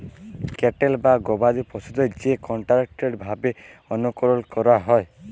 cattle বা গবাদি পশুদের যে কনটোরোলড ভাবে অনুকরল ক্যরা হয়